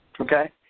Okay